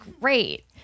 great